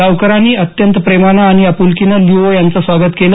गावकऱ्यांनी अत्यंत प्रेमानं आणि आप्लकीनं लिओ याचं स्वागत केलं